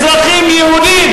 שיש אזרחים יהודים